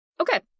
Okay